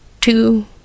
two